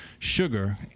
Sugar